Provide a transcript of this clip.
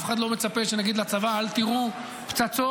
אף אחד לא מצפה שנגיד לצבא: אל תירו פצצות